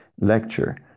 Lecture